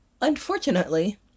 Unfortunately